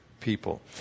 people